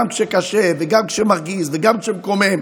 גם כשקשה וגם כשמרגיז וגם כשמקומם,